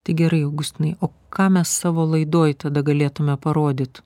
tai gerai augustinai o ką mes savo laidoj tada galėtume parodyt